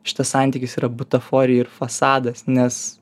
šitas santykis yra butaforija ir fasadas nes